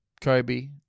Kobe